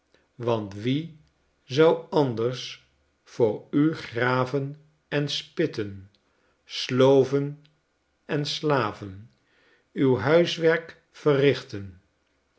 want wie zou anders voor u graven en spitten sloven en slaven uw huiswerk verrichten